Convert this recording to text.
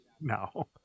No